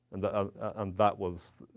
and that ah um that was